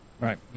Right